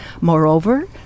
Moreover